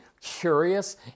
curious